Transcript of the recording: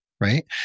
right